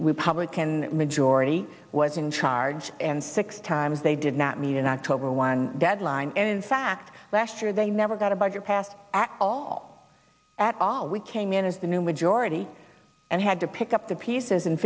republican majority was in charge and six times they did not meet an october one deadline and in fact last year they never got a budget passed at all at all we came in as the new majority and had to pick up the pieces and